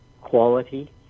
quality